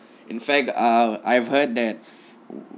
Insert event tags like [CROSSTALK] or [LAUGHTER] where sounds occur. in fact err I've heard that [BREATH]